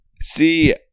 See